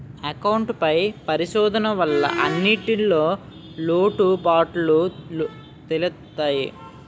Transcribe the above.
account పై పరిశోధన వల్ల అన్నింటిన్లో లోటుపాటులు తెలుత్తయి